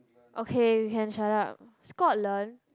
okay we can shut up Scotland